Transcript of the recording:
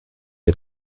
sie